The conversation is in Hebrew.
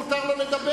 מותר לו לדבר,